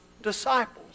disciples